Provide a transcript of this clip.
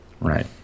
Right